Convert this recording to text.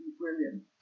brilliant